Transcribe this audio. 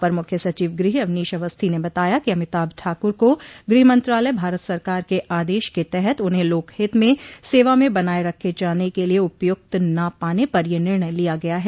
अपर मुख्य सचिव गृह अवनीश अवस्थी ने बताया कि अमिताभ ठाकुर को गृह मंत्रालय भारत सरकार के आदेश के तहत उन्हें लोकहित में सेवा में बनाये रखे जाने के लिए उपयुक्त न पाने पर यह निर्णय लिया गया है